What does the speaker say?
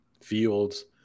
Fields